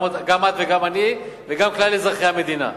גם את וגם אני וגם כלל אזרחי המדינה.